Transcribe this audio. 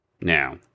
now